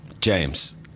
James